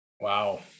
Wow